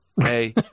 hey